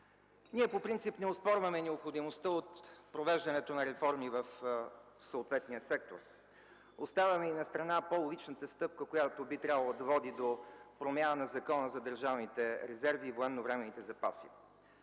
По принцип не оспорваме необходимостта от провеждането на реформи в съответния сектор. Оставяме и на страна по-логичната стъпка, която би трябвало да води до промяна на Закона за държавните резерви и военновременните запаси.